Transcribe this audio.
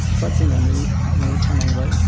बिफा थैनानै न' आव थानांबाय